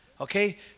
okay